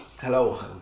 Hello